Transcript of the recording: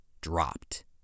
dropped